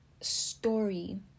story